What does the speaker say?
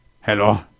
Hello